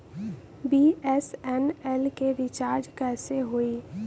BSNL के recharge कैसे होयी?